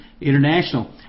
International